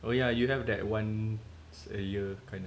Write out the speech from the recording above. oh yeah you have that once a year kind of